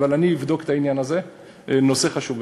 אבל אני אבדוק את העניין הזה, נושא חשוב באמת.